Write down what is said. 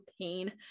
pain